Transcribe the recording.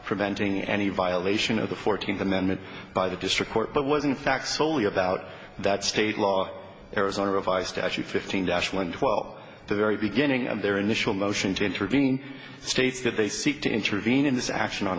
preventing any violation of the fourteenth amendment by the district court but was in fact soley about that state law arizona revised actually fifteen dash one twelve the very beginning of their initial motion to intervene states that they seek to intervene in this action on